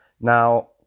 Now